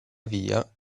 via